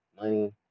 money